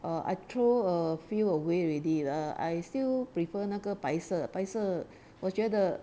err I throw a few away already err I still prefer 那个白色白色我觉得